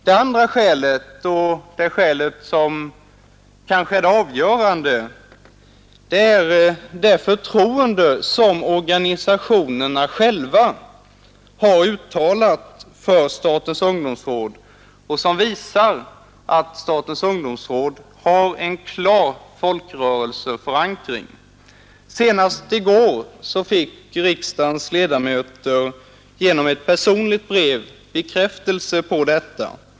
Det andra skälet — det skälet som kanske är det avgörande — är det förtroende som organisationerna själva har uttalat för statens ungdomsråd och som visar att statens ungdomsråd har en klar folkrörelseförankring. Senast i går fick riksdagens ledamöter genom ett personligt brev bekräftelse på detta.